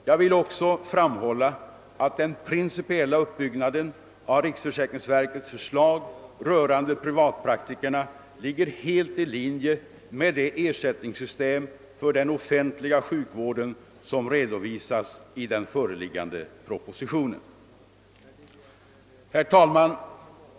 Jag vill också framhålla att den principiella uppbyggnaden av riksförsäkringsverkets förslag rörande privatpraktikerna ligger helt i linje med det ersättningssystem för den offentliga sjukvården som redovisas i den föreliggande propositionen. Herr talman!